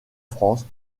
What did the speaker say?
france